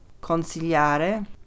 Consigliare